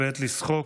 ועת לשחוק,